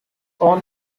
own